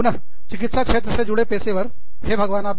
पुन चिकित्सा क्षेत्र से जुड़े पेशेवर हे भगवान